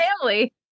family